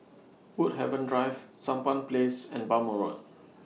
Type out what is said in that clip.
Woodhaven Drive Sampan Place and Bhamo Road